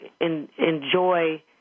enjoy